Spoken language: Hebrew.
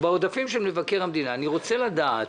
בעודפים של מבקר המדינה, אני רוצה לדעת,